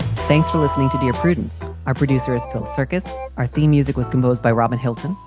thanks for listening to dear prudence. our producers call circus, our theme music was composed by robin hilton.